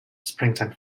springtime